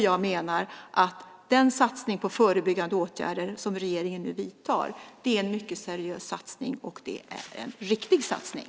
Jag menar att den satsning på förebyggande åtgärder som regeringen nu gör är en mycket seriös satsning, och det är en riktig satsning.